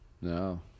No